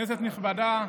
כנסת נכבדה,